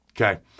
Okay